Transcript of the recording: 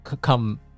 come